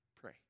pray